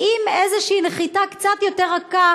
עם איזושהי נחיתה קצת יותר רכה,